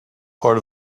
part